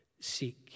seek